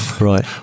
Right